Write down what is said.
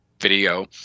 video